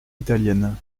italienne